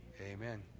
Amen